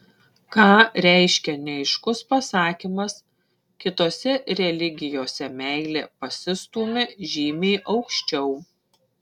ką reiškia neaiškus pasakymas kitose religijose meilė pasistūmi žymiai aukščiau